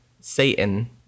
Satan